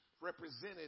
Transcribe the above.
represented